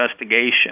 investigation